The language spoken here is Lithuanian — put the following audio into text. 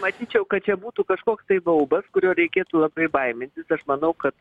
matyčiau kad čia būtų kažkoks tai baubas kuriuo reikėtų labai baimintis aš manau kad